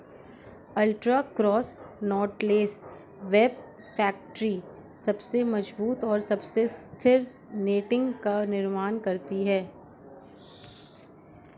ultra cross knotless web factory सबसे मजबूत और सबसे स्थिर नेटिंग का निर्माण करती है